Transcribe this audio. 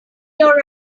your